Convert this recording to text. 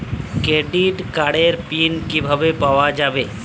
Credit কার্ডের PIN কিভাবে পাওয়া যাবে?